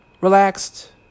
relaxed